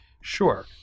Sure